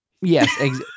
Yes